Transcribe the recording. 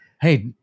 hey